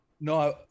No